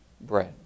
bread